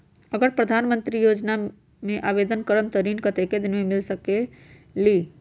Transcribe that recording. अगर प्रधानमंत्री योजना में आवेदन करम त ऋण कतेक दिन मे मिल सकेली?